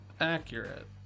accurate